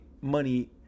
money